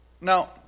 Now